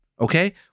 okay